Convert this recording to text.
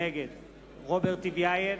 נגד רוברט טיבייב,